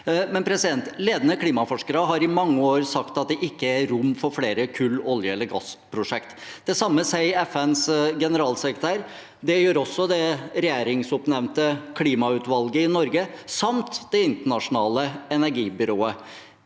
norsk sokkel. Ledende klimaforskere har i mange år sagt at det ikke er rom for flere kull-, olje- eller gassprosjekt. Det samme sier FNs generalsekretær. Det gjør også det regjeringsoppnevnte klimautvalget i Norge samt Det internasjonale energibyrået.